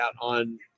on